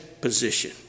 position